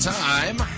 time